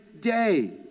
day